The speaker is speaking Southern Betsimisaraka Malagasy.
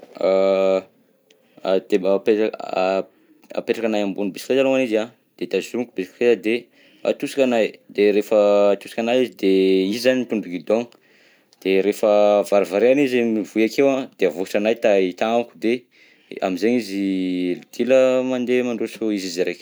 Teba- ape- apetrakanahy ambony bisikileta alongany izy an, de tazomiko bisikileta de atosikanahy, de refa atosikanahy izy de izy zany mitondra guidon, de refa varivariana izy mivoy akeo an de avositranahy i tagnako de am'zegny izy dila mandeha mandroso izy raika.